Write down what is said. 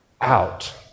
out